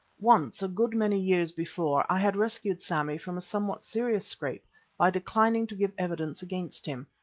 once, a good many years before, i had rescued sammy from a somewhat serious scrape by declining to give evidence against him.